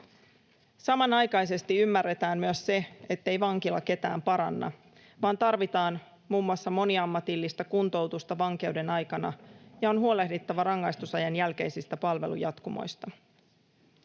Samanaikaisesti ymmärretään myös se, ettei vankila ketään paranna vaan tarvitaan muun muassa moniammatillista kuntoutusta vankeuden aikana ja on huolehdittava rangaistusajan jälkeisistä palvelujatkumoista.